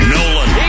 Nolan